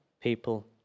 people